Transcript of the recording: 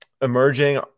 Emerging